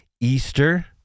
Easter